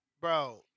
Bro